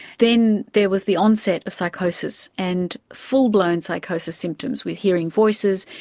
then there was the onset of psychosis and full-blown psychosis symptoms with hearing voices,